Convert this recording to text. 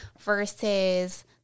versus